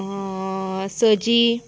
सजी